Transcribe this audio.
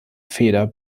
feder